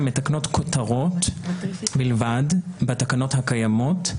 הן מתקנות כותרות בלבד בתקנות הקיימות.